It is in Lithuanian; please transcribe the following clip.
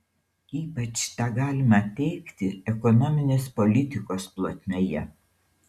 ypač tą galima teigti ekonominės politikos plotmėje